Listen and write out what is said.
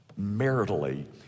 maritally